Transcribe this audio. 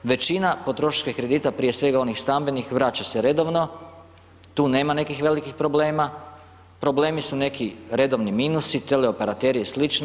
Većina potrošačkih kredite, prije svega onih stambenih, vraća se redovno, tu nema nekih velikih problema, problemi su neki redovni minusi, teleoperateri i sl.